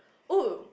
oh